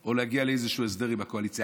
או להגיע לאיזשהו הסדר עם הקואליציה,